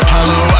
Hello